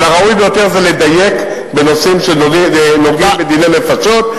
אבל הראוי ביותר זה לדייק בנושאים שנוגעים בדיני נפשות.